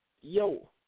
Yo